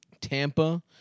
Tampa